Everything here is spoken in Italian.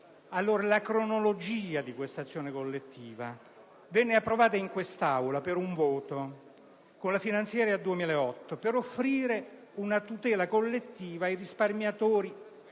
la cronologia di questa azione collettiva. Essa venne approvata in quest'Aula per un solo voto con la finanziaria 2008 per offrire una tutela collettiva ai risparmiatori